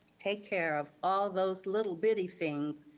take care of all those little bitty things.